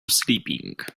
sleeping